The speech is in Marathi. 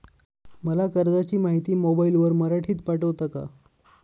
मला कर्जाची माहिती मोबाईलवर मराठीत पाठवता का?